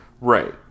Right